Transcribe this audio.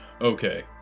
Okay